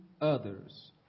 others